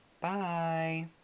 bye